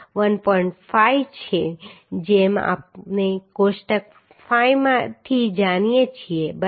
5 છે જેમ આપણે કોષ્ટક 5 થી જાણીએ છીએ બરાબર